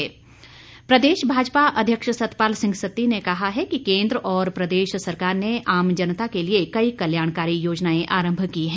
सत्ती प्रदेश भाजपा अध्यक्ष सतपाल सिंह सत्ती ने कहा है कि केन्द्र और प्रदेश सरकार ने आम जनता के लिए कई कल्याणकारी योजनाएं आरंभ की है